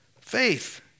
faith